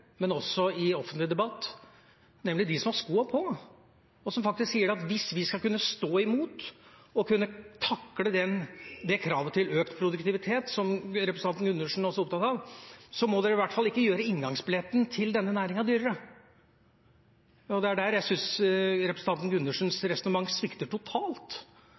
i offentlig debatt faktisk sier at hvis vi skal kunne stå imot og takle det kravet til økt produktivitet som representanten Gundersen også er opptatt av, må vi i hvert fall ikke gjøre inngangsbilletten til denne næringen dyrere. Det er der jeg syns representanten Gundersens resonnement svikter totalt.